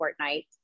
Fortnite